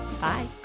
Bye